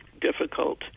difficult